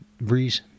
Breeze